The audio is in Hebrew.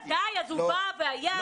הוא בא והיה וזה נגמר.